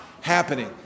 happening